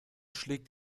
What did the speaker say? schlägt